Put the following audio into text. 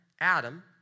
Adam